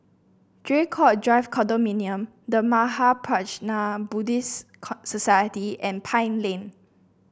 Draycott Drive Condominium The Mahaprajna Buddhist Society and Pine Lane